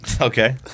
Okay